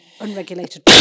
unregulated